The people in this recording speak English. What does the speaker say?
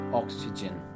oxygen